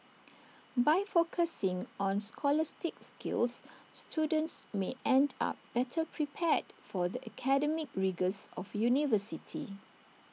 by focusing on scholastic skills students may end up better prepared for the academic rigours of university